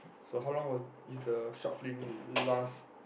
so how long was is the short film last